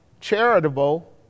charitable